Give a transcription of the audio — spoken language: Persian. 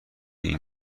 این